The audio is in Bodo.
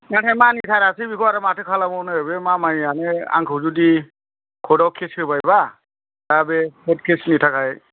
नाथाय मानिथारासै बेखौ आरो माथो खालामबावनो बे मामायआनो आंखौ जुदि कर्ट आव केस होबायब्ला दा बे कर्ट केस नि थाखाय